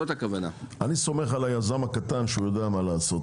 אני סומך על היזם הקטן שיודע מה לעשות.